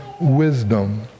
wisdom